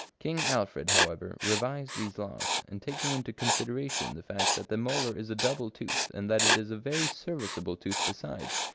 king alfred, however, revised these laws, and taking into con sideration the fact that the molar is a double tooth, and that it is a very serviceable tooth besides,